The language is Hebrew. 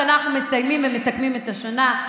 אנחנו מסכמים את השנה,